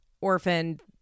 orphaned